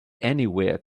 anywhere